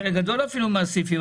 חלק גדול אפילו מהסעיפים,